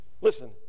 Listen